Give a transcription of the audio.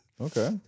Okay